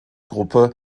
gruppe